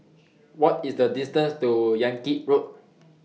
What IS The distance to Yan Kit Road